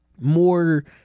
more